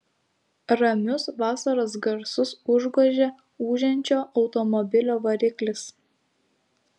ramius vasaros garsus užgožė ūžiančio automobilio variklis